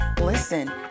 Listen